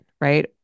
right